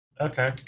Okay